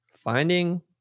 finding